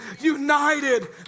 united